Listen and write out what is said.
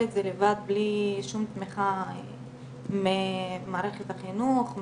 את זה לבד בלי שום תמיכה ממערכת החינוך,